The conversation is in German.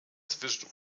zwischen